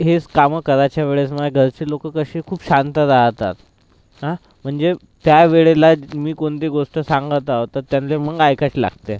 हेच कामं करायच्या वेळेस ना घरचे लोक कसे खूप शांत राहतात म्हणजे त्यावेळेला मी कोणती गोष्ट सांगत आहो तर त्यांनले मग ऐकावंच लागते